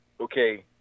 okay